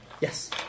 Yes